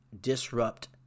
disrupt